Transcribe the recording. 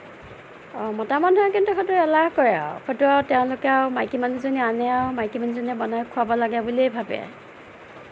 মতা মানুহে কিন্তু সেইটো এলাহ কৰে আৰু সেইটো আৰু তেওঁলোকে আৰু মাইকীমানুহজনীয়ে আনে আৰু মাইকীমানুহজনীয়ে বনাই খোৱাব লাগে বুলিয়েই ভাবে